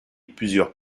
plusieurs